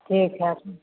ठीक है अप